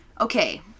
Okay